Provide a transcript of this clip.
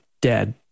dead